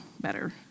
better